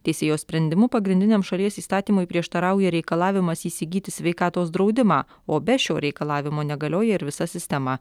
teisėjo sprendimu pagrindiniam šalies įstatymui prieštarauja reikalavimas įsigyti sveikatos draudimą o be šio reikalavimo negalioja ir visa sistema